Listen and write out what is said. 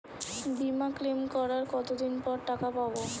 বিমা ক্লেম করার কতদিন পর টাকা পাব?